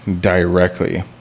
directly